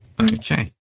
Okay